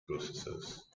processors